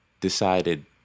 decided